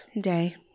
day